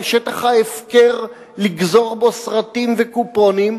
שטח ההפקר לגזור בו סרטים וקופונים?